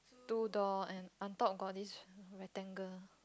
two door and on top got this rectangle